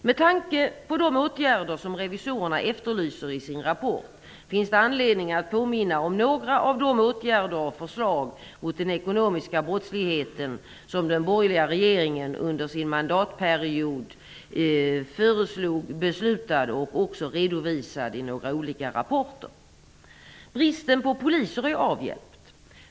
Med tanke på de åtgärder som revisorerna efterlyser i sin rapport finns det anledning att påminna om några av de åtgärder och förslag mot den ekonomiska brottsligheten som den borgerliga regeringen under sin mandatperiod föreslog, beslutade och också redovisade i olika rapporter. Bristen på poliser är avhjälpt.